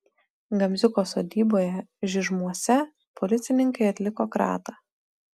gamziuko sodyboje žižmuose policininkai atliko kratą